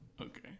Okay